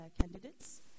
candidates